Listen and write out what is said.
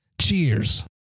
Cheers